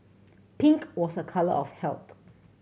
pink was a colour of health